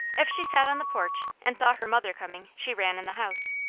if she sat on the porch, and saw her mother coming, she ran in the house.